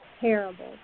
terrible